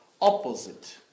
opposite